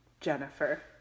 Jennifer